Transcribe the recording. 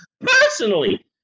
Personally